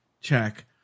check